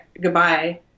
goodbye